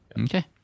Okay